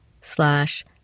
slash